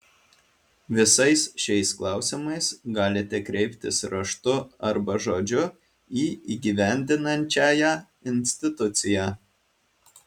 visais šiais klausimais galite kreiptis raštu arba žodžiu į įgyvendinančiąją instituciją